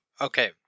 Okay